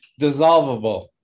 dissolvable